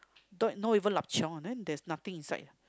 don't no not even lup-cheong then there's nothing inside